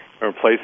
replace